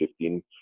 2015